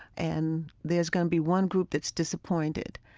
and there's going to be one group that's disappointed,